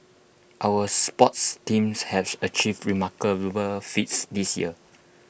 our sports teams have achieved remarkable feats this year